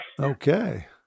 Okay